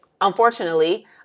unfortunately